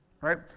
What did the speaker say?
right